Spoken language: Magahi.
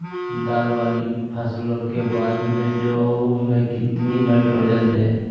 दाल वाली फसलों के बाद में जौ में कितनी नाइट्रोजन दें?